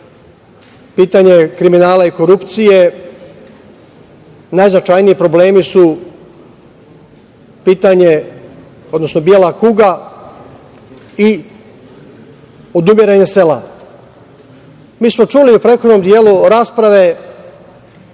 pitanje kriminala i korupcije, najznačajniji problemi su pitanje, odnosno „bela kuga“ i odumiranje sela. Mi smo čuli u prethodnom delu rasprave